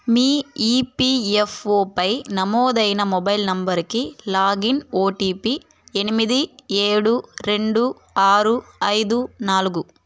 మీ EPFO పై నమోదైన mobile నంబరుకి లాగిన్ ఓటీపి ఎనిమిది ఏడు రెండు ఆరు ఐదు నాలుగు